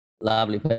lovely